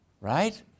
right